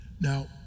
Now